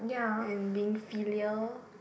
and being filial